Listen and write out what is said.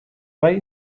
bai